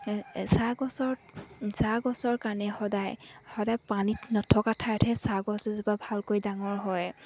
চাহ গছৰ চাহগছৰ কাৰণে সদায় সদায় পানীত নথকা ঠাইতহে চাহ গছ এজোপা ভালকৈ ডাঙৰ হয়